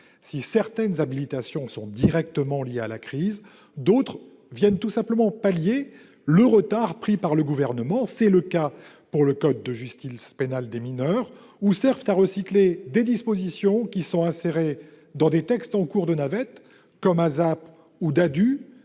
Si certaines habilitations sont directement liées à la crise, d'autres viennent tout simplement pallier le retard pris par le Gouvernement- c'est le cas pour ce qui concerne le code de la justice pénale des mineurs -ou servent à recycler des dispositions insérées dans des textes en cours de navette. C'est,